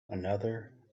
another